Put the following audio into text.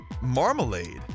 Marmalade